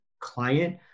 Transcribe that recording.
client